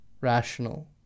rational